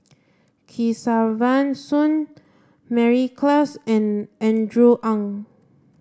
Kesavan Soon Mary Klass and Andrew Ang